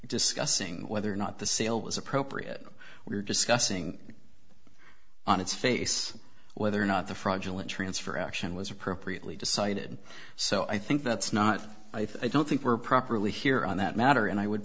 discussing whether or not the sale was appropriate we're discussing on its face whether or not the fraudulent transfer action was appropriately decided so i think that's not i think we're properly here on that matter and i would